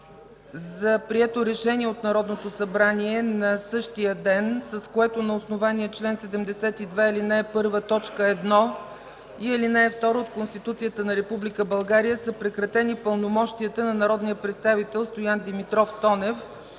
за прието решение от Народното събрание на същия ден, с което на основание чл. 72, ал. 1, т. 1 и ал. 2 от Конституцията на Република България са прекратени пълномощията на народния представител Стоян Димитров Тонев,